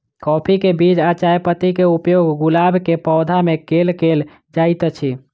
काफी केँ बीज आ चायपत्ती केँ उपयोग गुलाब केँ पौधा मे केल केल जाइत अछि?